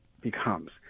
becomes